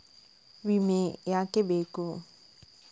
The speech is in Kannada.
ವಿಮೆ ಯಾಕೆ ಬೇಕು?